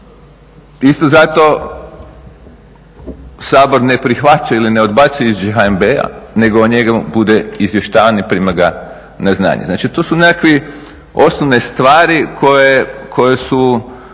Isto zato Sabor ne prihvaća ili ne odbacuje Izvješće HNB-a nego o njemu bude izvještavanje i prima ga na znanje. Znači to su nekakve osnovne stvari koje su